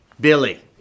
Billy